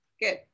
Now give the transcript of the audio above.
Good